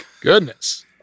Goodness